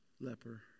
leper